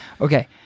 Okay